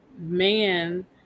man